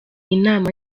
inama